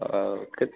ओ कित